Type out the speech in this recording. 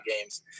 games